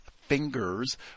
Fingers